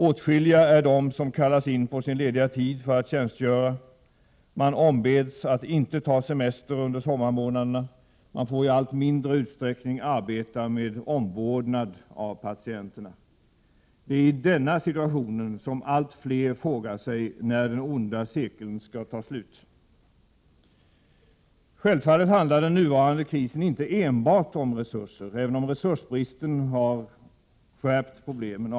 Åtskilliga är de som kallas in på sin lediga tid för att tjänstgöra. Man ombeds att inte ta semester under sommarmånaderna, man får i allt mindre utsträckning arbeta med omvårdnad av patienterna. Det är i denna situation som allt fler frågar sig när den onda cirkeln skall ta slut. Självfallet handlar den nuvarande krisen inte enbart om resurser, även om resursbristen har avsevärt skärpt problemen.